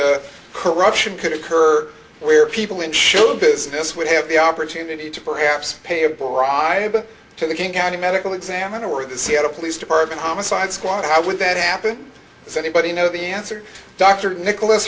that corruption could occur where people in show business would have the opportunity to perhaps pay a bribe to the king county medical examiner or the seattle police department homicide squad i would that happen if anybody know the answer dr nicholas